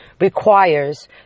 requires